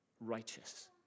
righteous